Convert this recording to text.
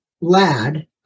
lad